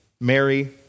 Mary